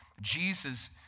Jesus